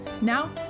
Now